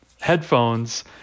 headphones